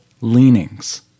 leanings